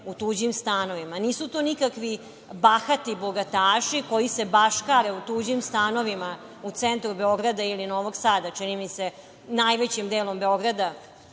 u tuđim stanovima. Nisu to nikakvi bahati bogataši, koji se baškare u tuđim stanovima u centru Beograda, ili Novog Sada, čini mi se najvećim delom Beograda,